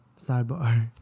Sidebar